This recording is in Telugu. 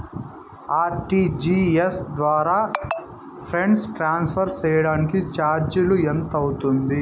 ఆర్.టి.జి.ఎస్ ద్వారా ఫండ్స్ ట్రాన్స్ఫర్ సేయడానికి చార్జీలు ఎంత అవుతుంది